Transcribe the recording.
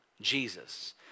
Jesus